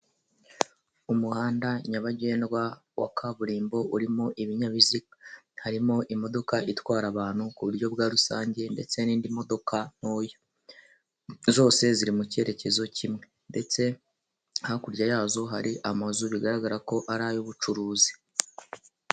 Umuhanda nyabagendwa wa kaburimbo urimo ibinyabiziga ,harimo imodoka itwara abantu ku buryo bwa rusange ndetse n'indi modoka ntoya .Zose ziri mu icyerekezo kimwe ndetse hakurya yazo hari amazu bigaragara ko ari ay'ubucuruzi.